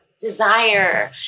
desire